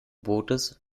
bootes